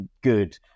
good